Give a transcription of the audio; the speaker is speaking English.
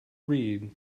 read